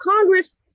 Congress